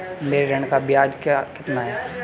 मेरे ऋण का ब्याज कितना है?